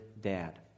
dad